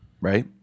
right